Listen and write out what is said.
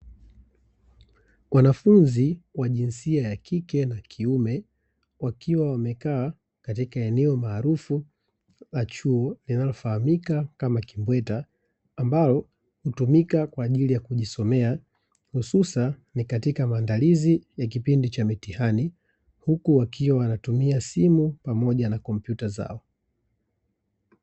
Wanafunzi wa jinsia ya kike na kiume wakiwa wamekaa katika eneo maarufu la chuo, linalo fahamika kama kimbweta, ambalo hutumika kwa ajili ya kujisomea hususa katika mandalizi ya kipindi cha mitihani huku wakiwa wanatumia simu pamoja na kompyuta zao.